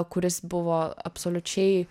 kuris buvo absoliučiai